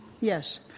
Yes